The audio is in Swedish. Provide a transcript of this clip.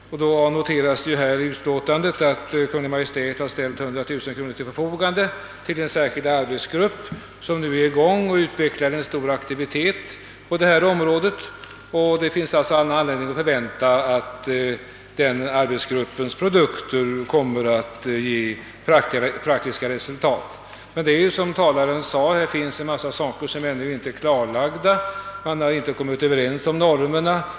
Det noteras i utlåtandet att Kungl. Maj:t ställt 100 000 kronor till förfogande för en särskild arbetsgrupp som nu utvecklar stor aktivitet på området, och det finns anledning förvänta att arbetsgruppens verksamhet kommer att ge praktiska resultat. Men det är som herr Westberg sade: det finns en mängd saker som inte är klarlagda — man har ännu inte kommit överens om normerna.